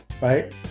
right